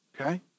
okay